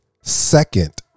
Second